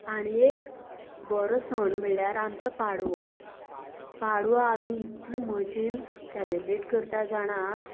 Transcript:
आनी एक बरो सण म्हणल्यार आमचो पाडवो पाडवो आमी इतल्या मजेन सेलब्रेट करता जाणां